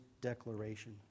declaration